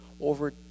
over